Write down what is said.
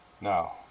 Now